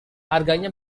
harganya